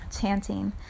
Chanting